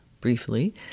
briefly